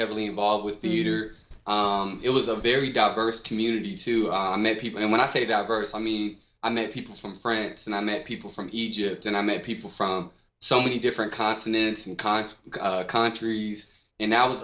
heavily involved with theater it was a very diverse community to many people and when i say diverse i mean i met people from france and i met people from egypt and i met people from so many different continents and comic con trees and now it